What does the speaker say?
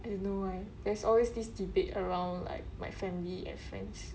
I don't know why there's always this debate around like my family and friends